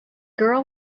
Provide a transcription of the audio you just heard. girl